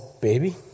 baby